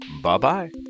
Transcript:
Bye-bye